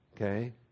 Okay